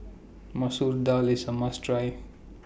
Masoor Dal IS A must Try